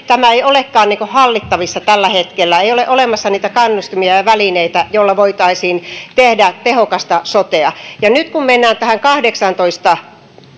tämä ei olekaan hallittavissa tällä hetkellä ei ole olemassa niitä kannustimia ja välineitä joilla voitaisiin tehdä tehokasta sotea ja nyt kun mennään kahdeksantoista